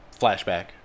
flashback